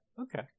Okay